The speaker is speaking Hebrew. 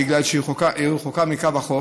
בגלל שהיא רחוקה מקו החוף.